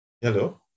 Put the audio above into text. Hello